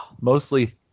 Mostly